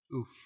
Oof